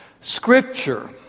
Scripture